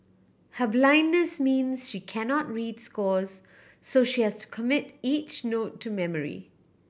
her blindness means she cannot read scores so she has to commit each note to memory